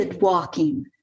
walking